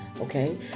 Okay